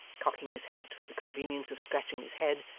cocking his hat for the convenience of scratching his head,